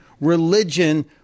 religion